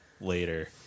later